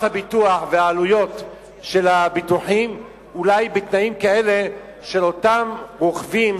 הביטוח והעלויות של הביטוחים בתנאים כאלה שאותם רוכבים